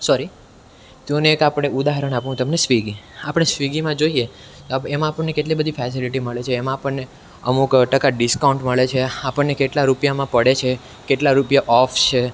sorry જો ને એક આપણે ઉદાહરણ આપું તમને સ્વિગી આપણે સ્વિગીમાં જોઈએ એમાં આપણને કેટલી બધી ફેસેલિટી મળે છે એમાં આપણને અમુક ટકા ડિસ્કાઉન્ટ મળે છે આપણને કેટલા રૂપિયામાં પડે છે કેટલા રૂપિયા ઓફ છે